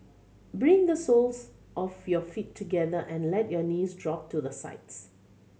bring the soles of your feet together and let your knees drop to the sides